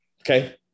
Okay